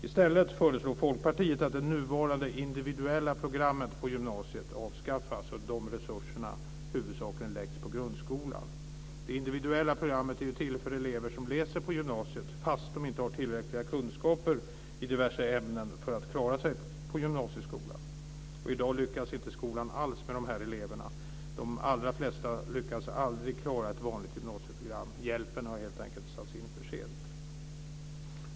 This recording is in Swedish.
I stället föreslår Folkpartiet att det nuvarande individuella programmet på gymnasiet avskaffas och att de resurserna huvudsakligen läggs på grundskolan. Det individuella programmet är ju till för elever som läser på gymnasiet fast de inte har tillräckliga kunskaper i diverse ämnen för att klara sig i gymnasieskolan. I dag lyckas inte skolan alls med dessa elever. De allra flesta lyckas aldrig klara ett vanligt gymnasieprogram. Hjälpen har helt enkelt satts in för sent.